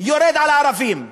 יורד על ערבים,